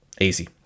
Easy